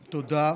תודה.